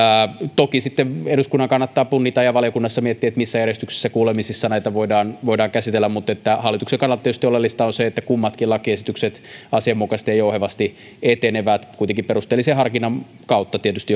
toki sitten eduskunnan kannattaa punnita ja valiokunnassa kannattaa miettiä missä järjestyksessä kuulemisissa näitä voidaan voidaan käsitellä mutta hallituksen kannalta tietysti oleellista on se että kummatkin lakiesitykset asianmukaisesti ja jouhevasti etenevät kuitenkin perusteellisen harkinnan kautta tietysti